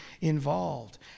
involved